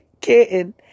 Kitten